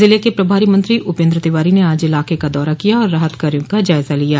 जिले के प्रभारी मंत्री उपेन्द्र तिवारी ने आज इलाके का दौरा किया और राहत कार्यो का जायजा लिया